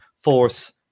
force